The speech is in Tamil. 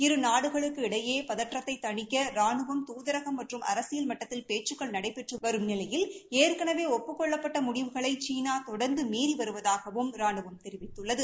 இரு நாடுகளுகளுக்கு இடையே தற்றத்தை தணிக்க ரானுவம் தூதரகம் மற்றும் அரசியல் மட்டத்தில் பேச்சுக்கள் நடைபெற்று வரும் நிலையில் ஏற்கனவே ஒப்புக் கொள்ளப்பட்ட முடிவுகளை சீனா தொடர்ந்து மீறி வருவதாகவும் ராணுவம் தெரிவித்துள்ளது